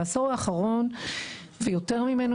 בעשור האחרון ויותר ממנו,